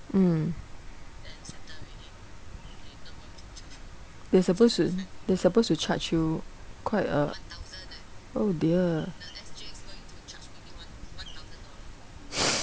mm they supposed to they're supposed to charge you quite a oh dear